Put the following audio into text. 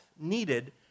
needed